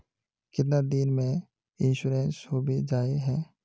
कीतना दिन में इंश्योरेंस होबे जाए है?